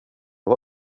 var